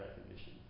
recognition